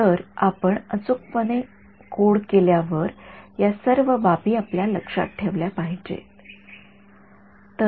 तर आपण अचूकपणे कोड केल्यावर या सर्व बाबी आपल्याला लक्षात ठेवल्या पाहिजेत आहेत